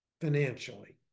financially